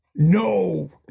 No